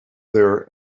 there